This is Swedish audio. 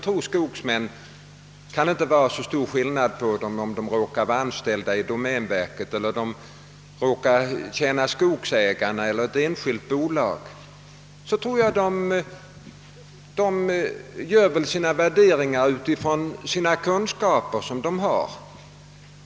Vare sig dessa skogsmän är anställda i domänverket eller om de råkar tjäna skogsägaren eller ett enskilt bolag, så gör de sina värderingar utifrån de kunskaper de har.